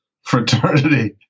fraternity